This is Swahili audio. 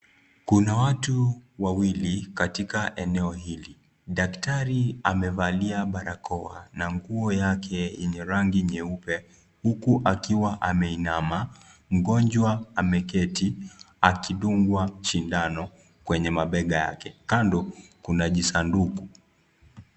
Kuna watu wawili katika eneo hili. Daktari amevalia barakoa na nguo yake yenye rangi nyeupe huku akiwa ameinama. Mgonjwa ameketi akidungwa sindano kwenye mabega yake. Kando kuna jisanduku.